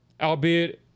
albeit –